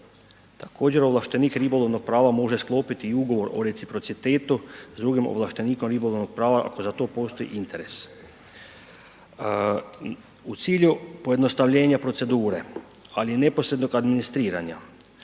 Također ovlaštenik ribolovnog prava može sklopiti i ugovor o reciprocitetu s drugim ovlaštenikom ribolovnog prava ako za to postoji interes. U cilju pojednostavljenja procedure ali i neposrednog administriranja